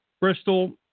bristol